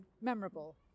memorable